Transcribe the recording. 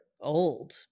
old